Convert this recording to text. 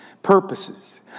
Purposes